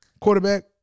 quarterback